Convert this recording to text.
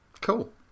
Cool